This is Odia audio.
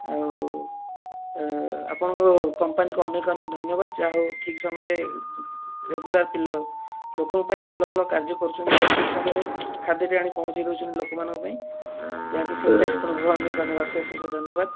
ଆଉ ଆପଣଙ୍କ କମ୍ପାନୀକୁ ଅନେକ ଅନେକ ଧନ୍ୟବାଦ ଯାହା ହେଉ ଠିକ ସମୟରେ ରେଗୁଲାର୍ ଲୋକଙ୍କ ପାଇଁ ଭଲ ଭଲ କାର୍ଯ୍ୟ କରୁଛନ୍ତି ଠିକ ସମୟରେ ଖାଦ୍ୟଟି ଆଣି ପହଞ୍ଚେଇ ଦେଉଛନ୍ତି ଲୋକମାନଙ୍କ ପାଇଁ ଯାହା କି ସେଟା ପାଇଁ ଅନେକ ଅନେକ ଅଶେଷ ଅଶେଷ ଧନ୍ୟବାଦ